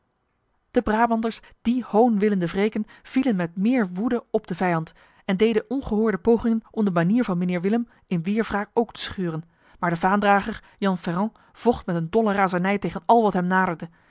de brabanders die hoon willende wreken vielen met meer woede op de vijand en deden ongehoorde pogingen om de banier van mijnheer willem in weerwraak ook te scheuren maar de vaandrager jan ferrand vocht met een dolle razernij tegen al wat hem